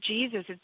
Jesus